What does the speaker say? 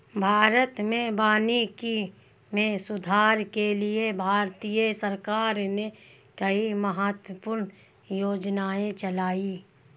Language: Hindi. भारत में वानिकी में सुधार के लिए भारतीय सरकार ने कई महत्वपूर्ण योजनाएं चलाई